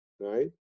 Right